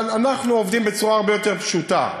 אבל אנחנו עובדים בצורה הרבה יותר פשוטה.